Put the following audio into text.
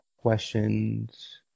questions